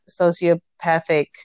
sociopathic